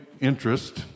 interest